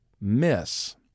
miss